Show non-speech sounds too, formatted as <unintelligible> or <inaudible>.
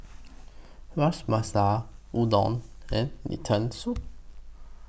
Ras <unintelligible> Udon and Lentil Soup